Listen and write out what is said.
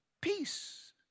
peace